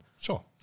Sure